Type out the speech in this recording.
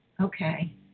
okay